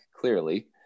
clearly